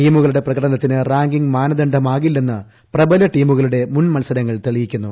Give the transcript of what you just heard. ടീമുകളുടെ പ്രകടനത്തിന് റാങ്കിങ് മാനദണ്ഡമാകില്ലെന്ന് പ്രബല ടീമുകളുടെ മുൻ മത്സരങ്ങൾ തെളിയിക്കുന്നു